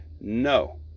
No